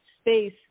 space